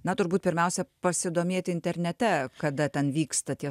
na turbūt pirmiausia pasidomėti internete kada ten vyksta tie